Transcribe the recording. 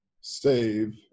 save